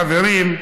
חברים,